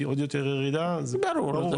עוד יותר ירידה --- זה ברור לי,